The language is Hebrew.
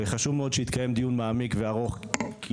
וחשוב מאוד שיתקיים מעמיק דיון וארוך כי